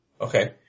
Okay